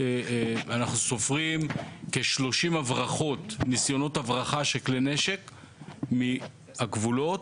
שאנחנו סופרים כ-30 ניסיונות הברחה של נשק מהגבולות,